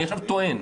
אני עכשיו טוען.